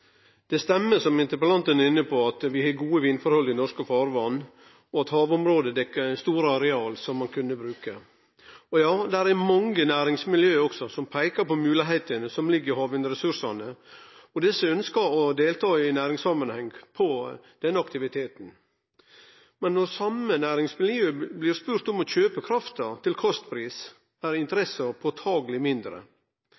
inne på, at vi har gode vindforhold i norske farvatn, og at havområda dekkjer store areal som ein kunne brukt. Og ja, der er mange næringsmiljø som peiker på moglegheitene som ligg i havvindressursane og ønskjer å delta i næringssamanheng i denne aktiviteten. Men når same næringsmiljø blir spurt om å kjøpe krafta til kostpris, er